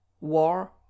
War